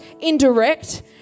indirect